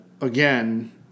again